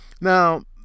now